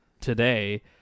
today